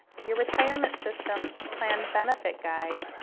your retirement system plan benefit guide,